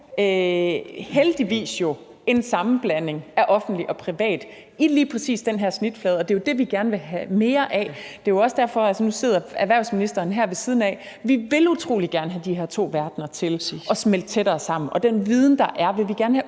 heldigvis en sammenblanding af offentlig og privat i lige præcis den her snitflade, og det er jo det, vi gerne vil have mere af. Nu sidder erhvervsministeren her ved siden af. Vi vil utrolig gerne have de her to verdener til at smelte tættere sammen, og den viden, der er, vil vi gerne have